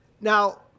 Now